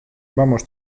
vamos